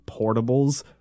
portables